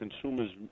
consumers